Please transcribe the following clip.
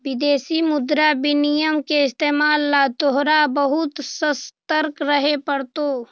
विदेशी मुद्रा विनिमय के इस्तेमाल ला तोहरा बहुत ससतर्क रहे पड़तो